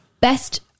best